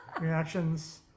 reactions